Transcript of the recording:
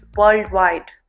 worldwide